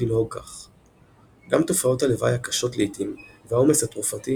הכרוכה גם בנטילת תרופות פסיכיאטריות,